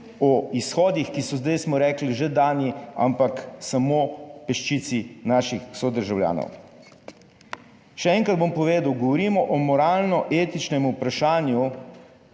o izhodih, ki so, zdaj smo rekli že dani, ampak samo peščici naših sodržavljanov. Še enkrat bom povedal, govorimo o moralno etičnem vprašanju